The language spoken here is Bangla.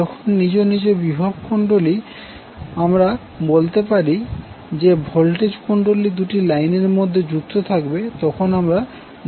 যখন নিজ নিজ বিভব কুণ্ডলী অথবা আমরা বলতে পারি যে ভোল্টেজ কুণ্ডলী দুটি লাইনের মধ্যে যুক্ত থাকবে তখন আমরা লাইন ভোল্টেজ পাবো